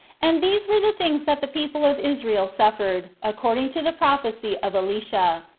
and these were the things that the people of israel suffered, according to the prophecy of elisha,